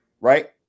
Right